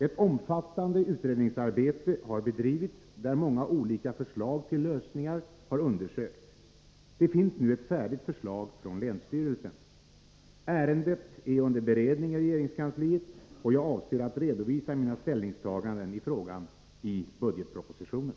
Ett omfattande utredningsarbete har bedrivits, där många olika förslag till lösningar har undersökts. Det finns nu ett färdigt förslag från länsstyrelsen. Ärendet är under beredning i regeringskansliet, och jag avser att redovisa mina ställningstaganden i frågan i budgetpropositionen.